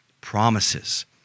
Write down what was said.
promises